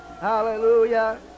hallelujah